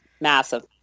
Massive